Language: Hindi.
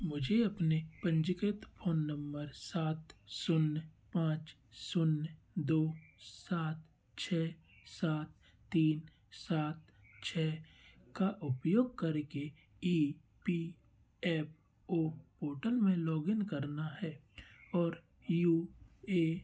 मुझे अपने पंजीकृत फ़ोन नम्बर सात शून्य पाँच शून्य दो सात छः सात तीन सात छः का उपयोग करके E P F O portal में लॉगिन करना है और यू ए